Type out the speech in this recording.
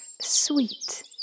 sweet